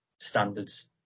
standards